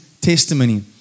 testimony